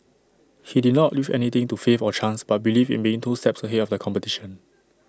he did not leave anything to faith or chance but believed in being two steps ahead of the competition